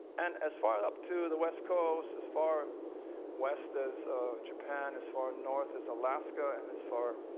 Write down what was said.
and as far up to the west coast, as far west as japan, as far north as alaska, and as far